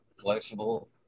flexible